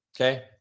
Okay